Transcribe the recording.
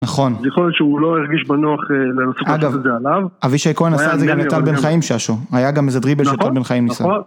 נכון. זה יכול להיות שהוא לא הרגיש בנוח לזכות את זה עליו. אבישי כהן עשה את זה גם לטל בן חיים ששו. היה גם איזה דריבל, נכון, שטול בן חיים ניסה. נכון...